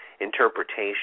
interpretation